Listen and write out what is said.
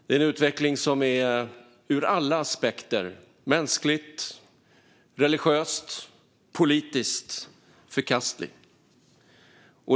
Det är en utveckling som är ur alla aspekter - mänskligt, religiöst, politiskt - förkastlig.